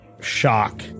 shock